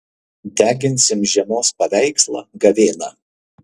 deginsim žiemos paveikslą gavėną